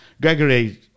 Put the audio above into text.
Gregory